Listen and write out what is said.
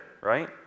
right